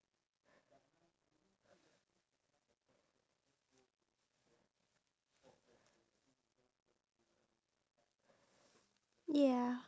one minute long and he felt that the reason why it's only one minute because he doesn't really deserve our time